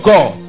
God